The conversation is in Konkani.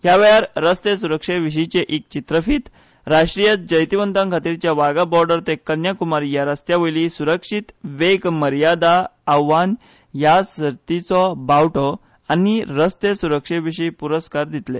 ह्या वेळार रस्ते सुरक्षे विशींचे एक चित्रफीत राष्ट्रीय जैतिवंता खातीरच्या वाघा बॉर्डर ते कन्याकुमारी ह्या रस्त्या वयली सुरक्षीत वेग मर्यादा आव्हान ह्या सर्तीचो बावटो आनी रस्ते सुरक्षे विशीं पुरस्कार दितले